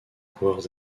coureurs